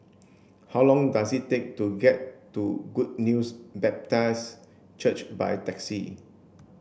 how long does it take to get to Good News Baptist Church by taxi